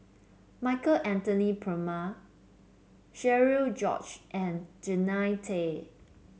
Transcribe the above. Michael Anthony Palmer Cherian George and Jannie Tay